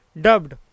dubbed